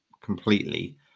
completely